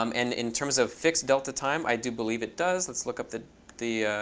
um and in terms of fixed delta time, i do believe it does. let's look up the the